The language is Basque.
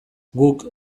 guk